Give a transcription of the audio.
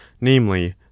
namely